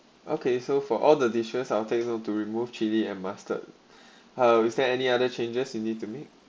okay so for all the dishes I'll tell them to remove chili and mustard or is there any other changes you need to me